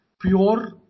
pure